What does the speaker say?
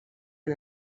han